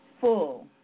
full